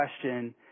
question